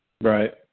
Right